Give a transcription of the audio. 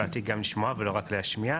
באתי גם לשמוע ולא רק להשמיע.